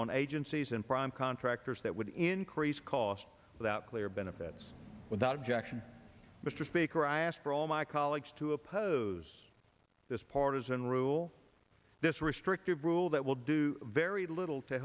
on agencies and prime contractors that would increase cost without clear benefits without objection mr speaker i ask for all my colleagues to oppose this partisan rule this restrictive rule that will do very little to